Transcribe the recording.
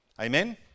Amen